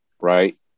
right